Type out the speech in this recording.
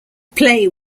play